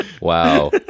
Wow